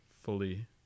fully